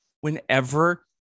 whenever